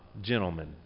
gentlemen